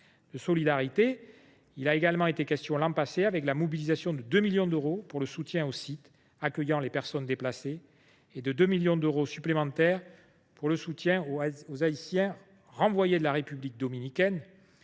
De solidarité, il a également été question l’an passé avec la mobilisation de 2 millions d’euros pour aider les sites accueillant les personnes déplacées et de 2 millions d’euros supplémentaires pour soutenir les Haïtiens renvoyés de la République dominicaine.